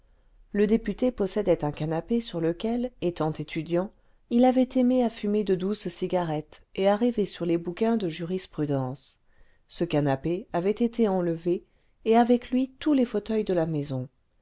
le député possédait un canapé sur lequel étant étudiant il avait aimé à fumer de douces cigarettes et à rêver sur les bouquins de jurisprudence ce canapé avait été enlevé et avec lui tous les fauteuils de la maison